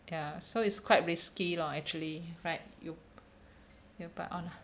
ya so it's quite risky lor actually right you you buy online